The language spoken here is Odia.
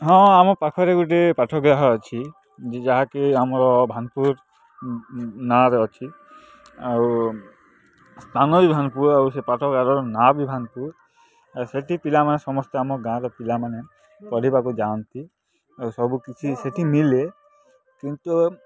ହଁ ଆମ ପାଖରେ ଗୋଟେ ପାଠଗ୍ରାହ ଅଛି ଯାହାକି ଆମର ଭାନପୁର୍ ନାଁରେ ଅଛି ଆଉ ସ୍ଥାନ ବି ଭାନପୁର୍ ଆଉ ସେ ପାଠଗାରର ନାଁ ବି ଭାନପୁର୍ ଏ ସେଠି ପିଲାମାନେ ସମସ୍ତେ ଆମ ଗାଁର ପିଲାମାନେ ପଢ଼ିବାକୁ ଯାଆନ୍ତି ଆଉ ସବୁ କିଛି ସେଠି ମିଳେ କିନ୍ତୁ